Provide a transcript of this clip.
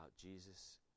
Jesus